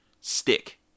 stick